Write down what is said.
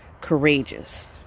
courageous